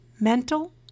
mental